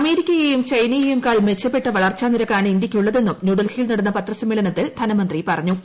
അമേരിക്കയെയും ചൈനയെയുംകാൾ മെച്ചപ്പെട്ട വളർച്ചാനിരക്കാണ് ഇന്ത്യയ്ക്കുള്ളതെന്നും ന്യൂഡൽഹിയിൽ നടന്ന പത്ര സമ്മേളനത്തിൽ ധനമന്ത്രി പറഞ്ഞു